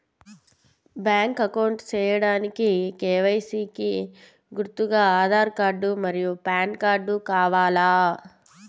Bank account సేయడానికి KYC కి గుర్తుగా ఆధార్ కార్డ్ మరియు పాన్ కార్డ్ కావాలా?